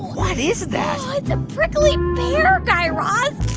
what is that? it's a prickly pear, guy raz